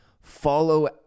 follow